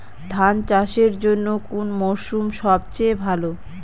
ধান চাষের জন্যে কোন মরশুম সবচেয়ে ভালো?